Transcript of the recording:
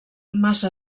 massa